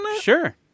sure